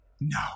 No